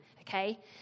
Okay